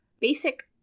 basic